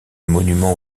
monument